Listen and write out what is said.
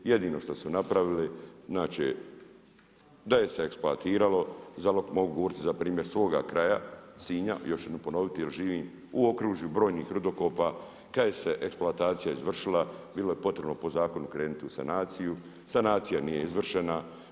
Jedino što su napravili, znači, da je se eksploatiralo, mogu govoriti za primjere svoga kraja Sinja, još jednom ponoviti, jer živim u okružju brojnih rudokopa, kad je se eksploatacija izvršila, bilo je potrebno po zakonu krenuti u sanaciju, sanacija nije izvršena.